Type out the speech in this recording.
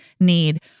need